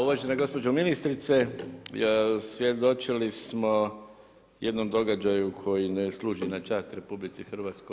Uvažena gospođo ministrice, svjedočili smo jednoj događaju koji ne služi na čast RH.